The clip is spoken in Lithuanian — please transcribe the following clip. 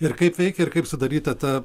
ir kaip veikia ir kaip sudaryta ta